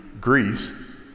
Greece